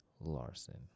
Larson